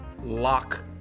Lock